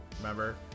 Remember